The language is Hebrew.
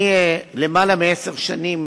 אני יותר מעשר שנים